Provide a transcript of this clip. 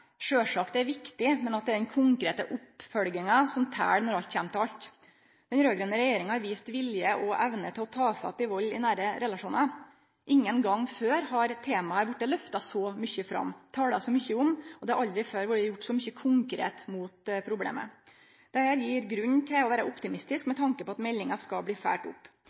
er viktige, men det er den konkrete oppfølginga som tel når alt kjem til alt. Den raud-grøne regjeringa har vist vilje og evne til å ta fatt i vald i nære relasjonar. Ikkje nokon gong før har temaet vorte løfta så mykje fram, tala så mykje om, og det har aldri før vorte gjort så mykje konkret med problemet. Dette gjev grunn til å vere optimistisk med tanke på at meldinga skal bli følgd opp.